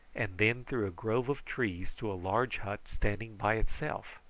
and then through a grove of trees to a large hut standing by itself.